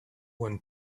one